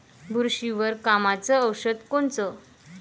बुरशीवर कामाचं औषध कोनचं?